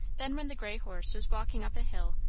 then, when the grey horse was walking up a hill,